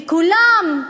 וכולם,